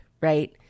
right